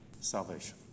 salvation